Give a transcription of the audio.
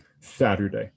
Saturday